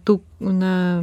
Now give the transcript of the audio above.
tų na